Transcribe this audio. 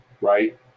right